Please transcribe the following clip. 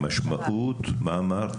אמרת